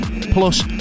plus